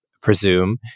presume